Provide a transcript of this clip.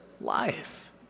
life